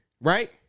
right